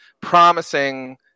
promising